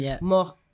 more